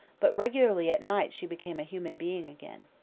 but regularly at night she became a human being again.